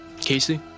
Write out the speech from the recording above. Casey